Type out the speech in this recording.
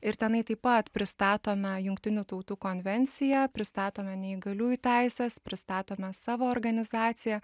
ir tenai taip pat pristatome jungtinių tautų konvenciją pristatome neįgaliųjų teises pristatome savo organizaciją